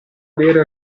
bere